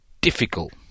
difficult